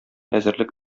әзерлек